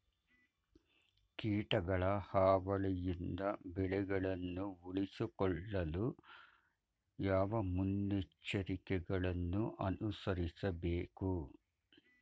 ಕೀಟಗಳ ಹಾವಳಿಯಿಂದ ಬೆಳೆಗಳನ್ನು ಉಳಿಸಿಕೊಳ್ಳಲು ಯಾವ ಮುನ್ನೆಚ್ಚರಿಕೆಗಳನ್ನು ಅನುಸರಿಸಬೇಕು?